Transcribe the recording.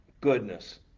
goodness